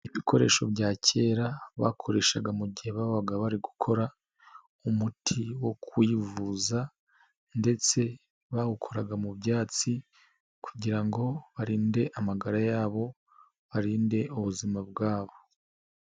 Ibikoresho bya kera bakoreshaga mu gihe babaga bari gukora umuti wo kwivuza, ndetse bawukoraga mu byatsi kugira ngo barinde amagara yabo, barinde ubuzima bwabo.